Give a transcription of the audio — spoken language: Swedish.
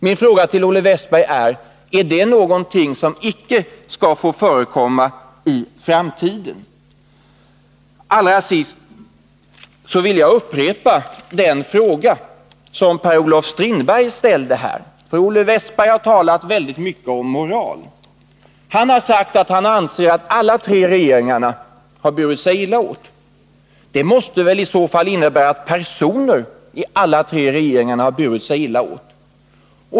Min fråga till Olle Wästberg är då: Är det någonting som icke skall få förekomma i framtiden? Sedan vill jag beröra en fråga som Per-Olof Strindberg ställde. Olle Wästberg har talat väldigt mycket om moral. Han har sagt att han anser att alla tre regeringarna har burit sig illa åt. Det måste väl i så fall även innebära att personer i alla tre regeringarna har burit sig illa åt.